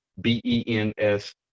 B-E-N-S